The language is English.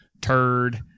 turd